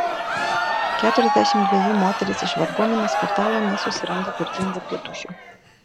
keturiasdešimt dvejų moteris iš varguomenės kvartalo nesusiranda turtingų tėtušių